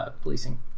policing